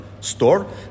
store